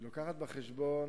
היא מביאה בחשבון